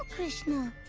ah krishna.